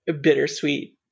bittersweet